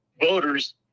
voters